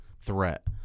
threat